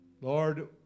Lord